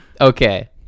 Okay